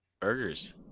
Burgers